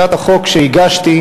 הצעת החוק שהגשתי,